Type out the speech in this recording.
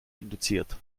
induziert